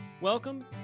Welcome